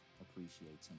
appreciating